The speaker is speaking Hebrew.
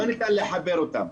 לא ניתן לחבר אותם.